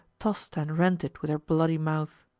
tossed and rent it with her bloody mouth.